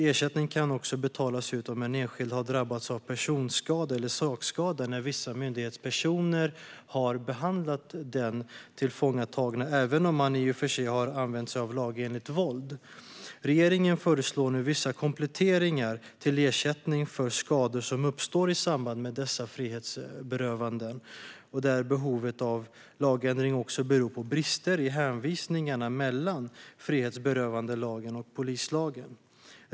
Ersättning kan också betalas ut om enskild har drabbats av personskada eller sakskada när vissa myndighetspersoner har hanterat den tillfångatagne, även om det i och för sig har varit fråga om lagenligt våld. Regeringen föreslår nu vissa kompletteringar i fråga om ersättning för skador som uppstår i samband med dessa frihetsberövanden där behovet av lagändringen beror på brister i hänvisningarna mellan frihetsberövandelagen och polislagen.